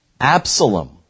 Absalom